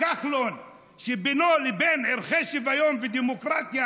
הליכוד וראש,